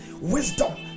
wisdom